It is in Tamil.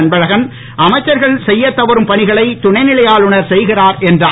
அன்பழகன் அமைச்சர்கள் செய்யத்தவறும் பணிகளை துணைநிலை ஆளுநர் செய்கிறார் என்றார்